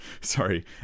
Sorry